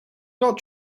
not